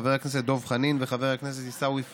חבר הכנסת דב חנין וחבר הכנסת עיסאווי פריג'.